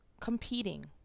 competing